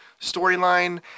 storyline